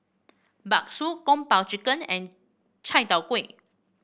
bakso Kung Po Chicken and Chai Tow Kuay